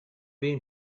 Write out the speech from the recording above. been